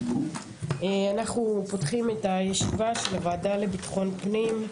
אנחנו פותחים את הישיבה של הוועדה לביטחון פנים.